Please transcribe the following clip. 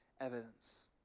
evidence